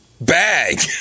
bag